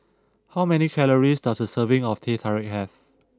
how many calories does a serving of Teh Tarik have